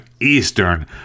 Eastern